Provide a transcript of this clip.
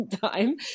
time